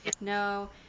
no